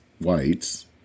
whites